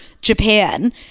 Japan